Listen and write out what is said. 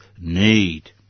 need